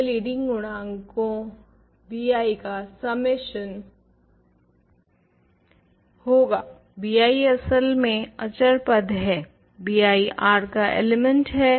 यह लीडिंग गुणांकों bi का सम्मेशन होगा bi असल में अचर पद है bi R का एलिमंट है